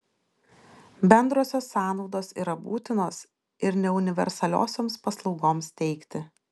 bendrosios sąnaudos yra būtinos ir neuniversaliosioms paslaugoms teikti